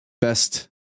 best